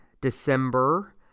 December